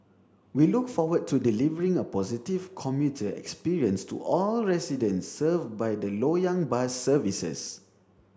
we look forward to delivering a positive commuter experience to all residents served by the Loyang bus services